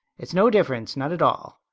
it's no difference. none at all,